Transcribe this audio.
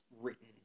written